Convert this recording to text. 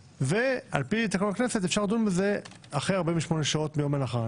ועל פי תקנון הכנסת אפשר לדון בזה אחרי 48 שעות מיום ההנחה.